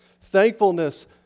Thankfulness